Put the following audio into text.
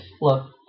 look